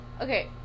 Okay